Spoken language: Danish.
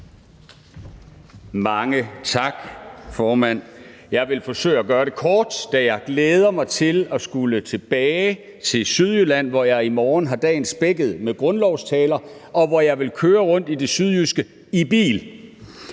Mange tak, formand. Jeg vil forsøge at gøre det kort, da jeg glæder mig til at skulle tilbage til Sydjylland, hvor jeg i morgen har dagen spækket med grundlovstaler, og hvor jeg vil køre rundt i det sydjyske i bil.